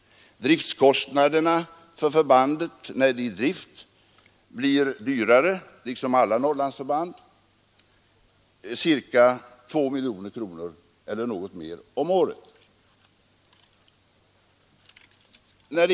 Driftkostnaderna för förbandet när det är i drift blir högre — liksom för alla Norrlandsförband — nämligen ca 2 miljoner kronor eller något mer om året.